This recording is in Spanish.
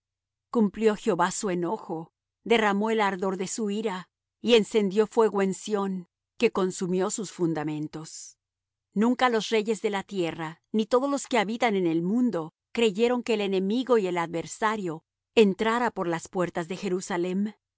cumplió jehová su enojo derramó el ardor de su ira y encendió fuego en sión que consumió sus fundamentos nunca los reyes de la tierra ni todos los que habitan en el mundo creyeron que el enemigo y el adversario entrara por las puertas de jerusalem